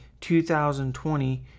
2020